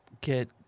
get